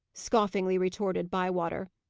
scoffingly retorted bywater.